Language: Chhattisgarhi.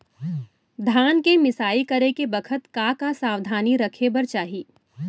धान के मिसाई करे के बखत का का सावधानी रखें बर चाही?